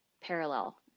parallel